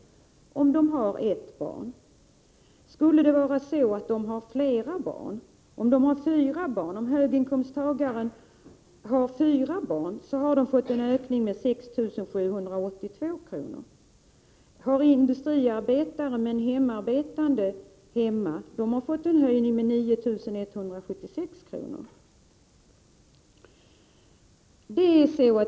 om de har ett barn. En höginkomsttagarfamilj med fyra barn har fått en ökning med 6 782 kr. En industriarbetarfamilj med en hemarbetande make har fått en höjning med 9 176 kr.